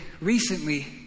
recently